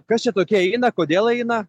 kas čia tokie eina kodėl eina